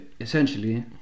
essentially